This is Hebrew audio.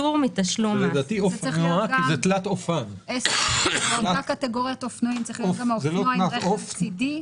מה עם אופניים חשמליים?